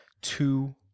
two